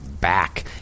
back